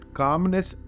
calmness